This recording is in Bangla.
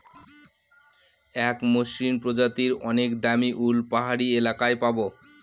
এক মসৃন প্রজাতির অনেক দামী উল পাহাড়ি এলাকায় পাবো